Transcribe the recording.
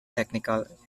technical